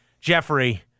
Jeffrey